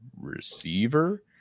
receiver